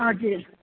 हजुर